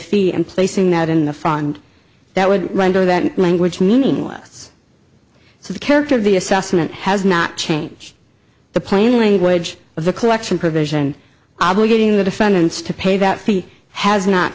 theon placing that in the front that would render that language meaningless so the character of the assessment has not changed the plain language of the collection provision obligating the defendants to pay that fee has not